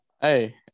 Hey